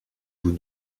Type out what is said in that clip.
vous